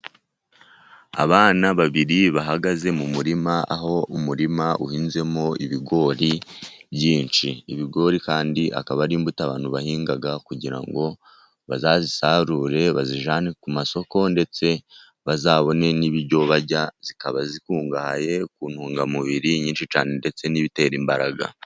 Abana babiri bahagaze mu murima, aho umurima uhinzemo ibigori byinshi. Ibigori kandi akaba ari imbuto abantu bahinga kugira ngo bazayisarure, bayijyane ku masoko, ndetse bazabone n'ibiryo barya. Ikaba ikungahaye ku ntungamubiri nyinshi cyane ndetse n'ibitera imbaraga.